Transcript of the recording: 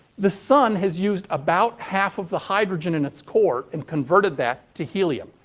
the sun has used about half of the hydrogen in its core and converted that to helium.